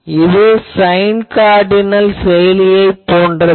இது sine cardinal செயலி போன்றதே